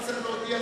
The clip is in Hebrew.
קבוצת סיעת בל"ד,